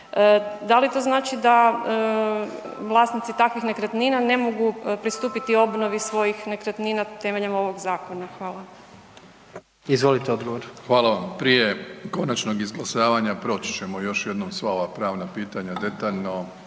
Da li to znači da vlasnici takvih nekretnina ne mogu pristupiti obnovi svojih nekretnina temeljem ovog zakona? Hvala. **Jandroković, Gordan (HDZ)** Izvolite odgovor. **Plenković, Andrej (HDZ)** Hvala vam. Prije konačnog izglasavanja proći ćemo još jednom sva ova pravna pitanja detaljno